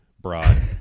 broad